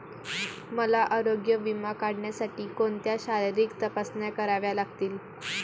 मला आरोग्य विमा काढण्यासाठी कोणत्या शारीरिक तपासण्या कराव्या लागतील?